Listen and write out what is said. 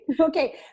Okay